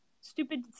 Stupid